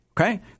Okay